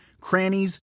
crannies